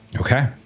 Okay